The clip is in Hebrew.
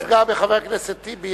אל תפגע בחבר הכנסת טיבי,